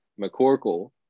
mccorkle